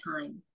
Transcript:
time